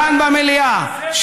כאן במליאה,